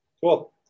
Cool